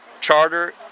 charter